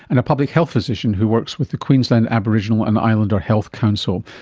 and a public health physician who works with the queensland aboriginal and islander health council.